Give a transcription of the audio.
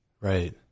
right